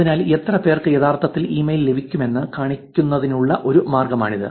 അതിനാൽ എത്ര പേർക്ക് യഥാർത്ഥത്തിൽ ഇമെയിൽ ലഭിക്കുമെന്ന് കാണിക്കുന്നതിനുള്ള ഒരു മാർഗമാണിത്